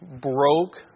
broke